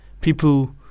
people